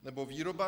Nebo výroba?